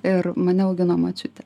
ir mane augino močiutė